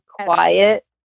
quiet